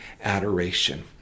Adoration